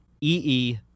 ee